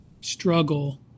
struggle